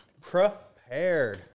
Prepared